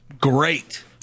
great